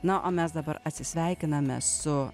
na o mes dabar atsisveikiname su